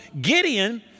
Gideon